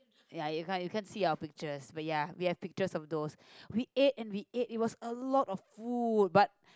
ya you can you can see our pictures but ya we have pictures of those we ate and we ate it was a lot of food but